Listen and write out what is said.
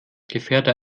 gefährder